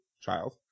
child